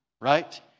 right